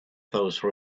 those